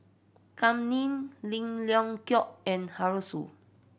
Kam Ning Lim Leong Geok and Arasu